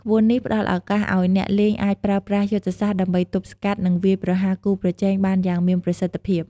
ក្បួននេះផ្តល់ឱកាសឲ្យអ្នកលេងអាចប្រើប្រាស់យុទ្ធសាស្ត្រដើម្បីទប់ស្កាត់ និងវាយប្រហារគូប្រជែងបានយ៉ាងមានប្រសិទ្ធភាព។